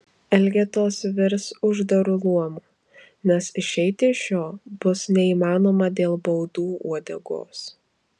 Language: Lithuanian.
elgetos virs uždaru luomu nes išeiti iš jo bus neįmanoma dėl baudų uodegos